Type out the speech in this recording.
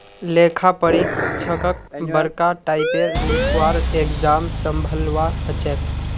लेखा परीक्षकक बरका टाइपेर लिखवार एग्जाम संभलवा हछेक